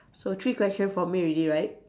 so three question for me already right